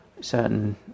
certain